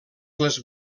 les